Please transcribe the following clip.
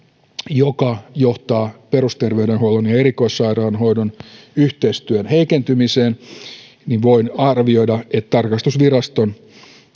joka johtaa perusterveydenhuollon ja erikoissairaanhoidon yhteistyön heikentymiseen niin voin arvioida että tarkastusviraston